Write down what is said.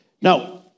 Now